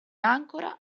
ancora